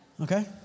Okay